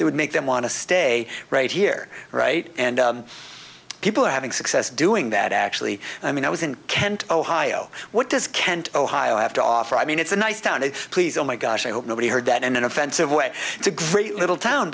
that would make them want to stay right here right and people are having success doing that actually i mean i was in kent ohio what does kent ohio have to offer i mean it's a nice town please oh my gosh i hope nobody heard that in an offensive way it's a great little town